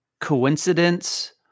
coincidence